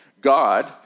God